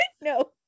No